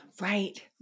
Right